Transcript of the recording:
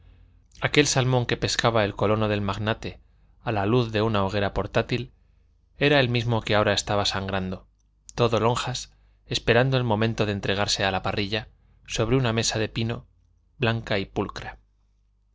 aquel salmón que pescaba el colono del magnate a la luz de una hoguera portátil era el mismo que ahora estaba sangrando todo lonjas esperando el momento de entregarse a la parrilla sobre una mesa de pino blanca y pulcra